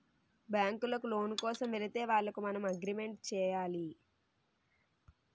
బ్యాంకులకు లోను కోసం వెళితే వాళ్లకు మనం అగ్రిమెంట్ చేయాలి